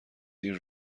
دیر